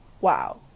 Wow